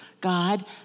God